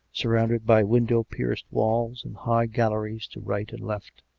surrounded by window pierced walls, and high galleries to right and left.